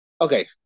okay